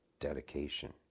dedication